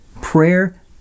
Prayer